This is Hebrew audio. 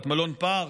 את מלון פארק?